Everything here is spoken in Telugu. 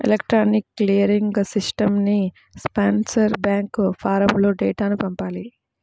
ఎలక్ట్రానిక్ క్లియరింగ్ సిస్టమ్కి స్పాన్సర్ బ్యాంక్ ఫారమ్లో డేటాను పంపాలి